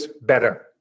better